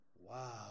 wow